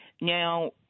Now